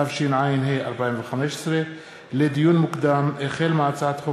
התשע"ה 2015. לדיון מוקדם: החל בהצעת חוק